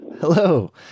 Hello